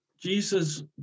Jesus